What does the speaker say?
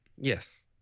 Yes